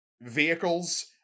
vehicles